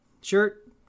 Shirt